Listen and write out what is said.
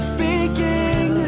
Speaking